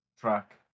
track